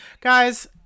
guys